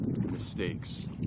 mistakes